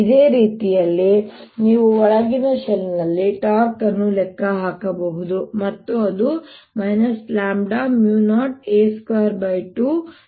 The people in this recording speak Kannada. ಇದೇ ರೀತಿಯಲ್ಲಿ ನೀವು ಒಳಗಿನ ಶೆಲ್ನಲ್ಲಿ ಟಾರ್ಕ್ ಅನ್ನು ಲೆಕ್ಕ ಹಾಕಬಹುದು ಮತ್ತು ಅದು 0a22dKdt ಆಗಿರುತ್ತದೆ